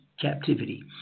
captivity